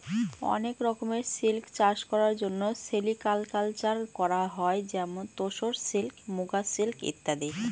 অনেক রকমের সিল্ক চাষ করার জন্য সেরিকালকালচার করা হয় যেমন তোসর সিল্ক, মুগা সিল্ক ইত্যাদি